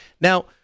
Now